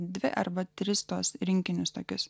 dvi arba tris tuos rinkinius tokius